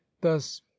thus